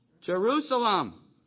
Jerusalem